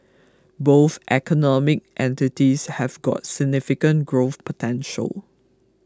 both economic entities have got significant growth potential